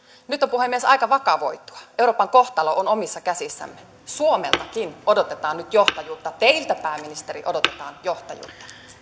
nyt on puhemies aika vakavoitua euroopan kohtalo on omissa käsissämme suomeltakin odotetaan nyt johtajuutta teiltä pääministeri odotetaan johtajuutta